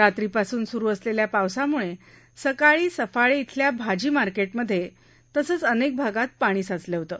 रात्रीपासून सुरू असलेल्या पावसामुळे सकाळी सफाळे इथल्या भाजी मार्केट मध्ये तसचं अनेक भागांत पाणी साचलं होतं